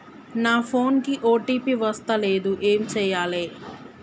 నా ఫోన్ కి ఓ.టీ.పి వస్తలేదు ఏం చేయాలే?